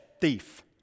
thief